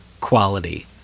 quality